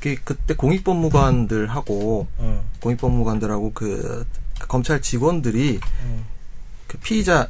그때 공익법무관들하고 응. 공익법무관들하고 그 검찰 직원들이 응. 그 피의자,